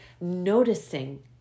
noticing